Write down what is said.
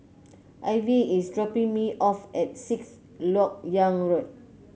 Ivy is dropping me off at Sixth LoK Yang Road